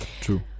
True